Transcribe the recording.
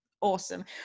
awesome